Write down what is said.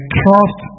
trust